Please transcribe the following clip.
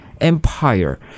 empire